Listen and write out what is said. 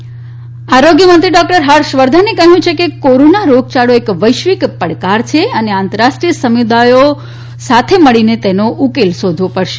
હર્ષવર્ધન આરોગ્ય મંત્રી ડોકટર હર્ષવર્ધને કહ્યું કે કોરોના રોગયાળો એક વૈશ્વિક પડકાર છે અને આંતરરાષ્ટ્રીય સમુદાયો મળીનેતેનું ઉકેલ શોધવુ પડશે